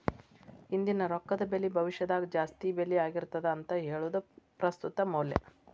ಇಂದಿನ ರೊಕ್ಕದ ಬೆಲಿ ಭವಿಷ್ಯದಾಗ ಜಾಸ್ತಿ ಬೆಲಿ ಆಗಿರ್ತದ ಅಂತ ಹೇಳುದ ಪ್ರಸ್ತುತ ಮೌಲ್ಯ